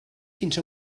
fins